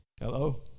Hello